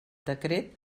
decret